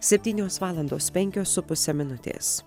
septynios valandos penkios su puse minutės